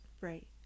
right